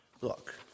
look